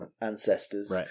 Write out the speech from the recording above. ancestors